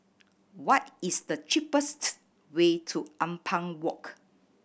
what is the cheapest way to Ampang Walk